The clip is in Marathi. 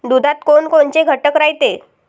दुधात कोनकोनचे घटक रायते?